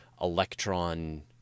electron